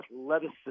athleticism